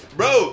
bro